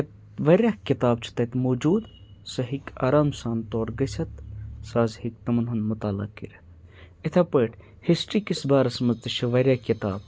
واریاہ کِتاب چھِ تَتہِ موٗجوٗد سُہ ہیٚکہِ آرام سان تور گٔژھِتھ سُہ حظ ہیٚکہِ تِمَن ہُنٛد مُطالع کٔرِتھ ایِتھٕے پٲٹھۍ ہِسٹِرٛی کِس بارَس منٛز تہِ چھِ واریاہ کِتاب